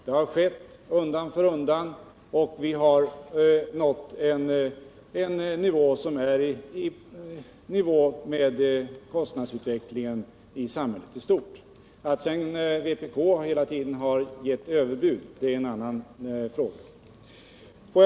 Det har höjts undan för undan, och det är nu i nivå med kostnadsutvecklingen i samhället i stort. Att vpk sedan hela tiden har givit överbud är en annan sak.